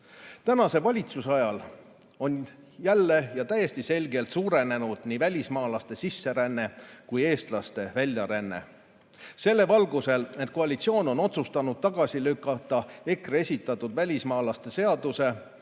valitsuse ajal on jälle ja täiesti selgelt suurenenud nii välismaalaste sisseränne kui ka eestlaste väljaränne. Ometi on koalitsioon otsustanud tagasi lükata EKRE esitatud välismaalaste seaduse